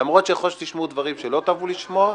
למרות שיכול להיות שתשמעו דברים שלא תאהבו לשמוע,